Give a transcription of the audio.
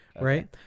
Right